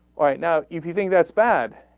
right now if you think that's bad